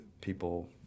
People